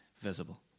visible